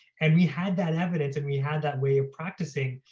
and we had that evidence and we had that way of practicing